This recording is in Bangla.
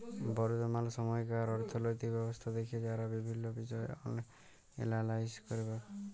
বর্তমাল সময়কার অথ্থলৈতিক ব্যবস্থা দ্যাখে যারা বিভিল্ল্য বিষয় এলালাইস ক্যরবেক